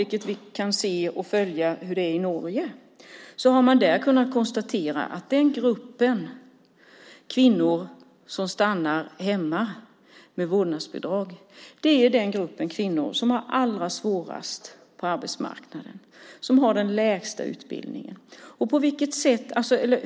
När vi tittar på till exempel Norge kan vi konstatera att den grupp kvinnor som stannar hemma med vårdnadsbidrag är den grupp kvinnor som har den lägsta utbildningen och de största svårigheterna på arbetsmarknaden.